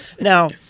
Now